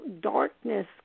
darkness